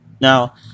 Now